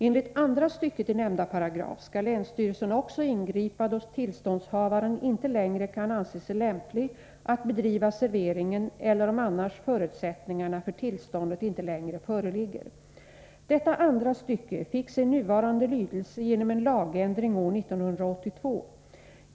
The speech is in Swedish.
Enligt andra stycket i nämnda paragraf skall länsstyrelsen också ingripa då tillståndshavaren inte längre kan anses lämplig att bedriva serveringen eller om annars förutsättningarna för tillståndet inte längre föreligger. Detta andra stycke fick sin nuvarande lydelse genom en lagändring år 1982.